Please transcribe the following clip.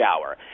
hour